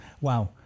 wow